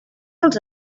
els